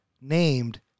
named